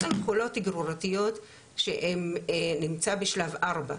יש לנו חולות גרורתיות שהן נמצאות בשלב 4,